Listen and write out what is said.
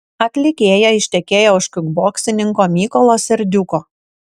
atlikėja ištekėjo už kikboksininko mykolo serdiuko